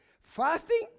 Fasting